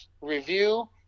review